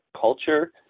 culture